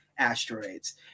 asteroids